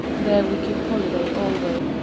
there we keep holiday alway,